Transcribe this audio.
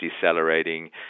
decelerating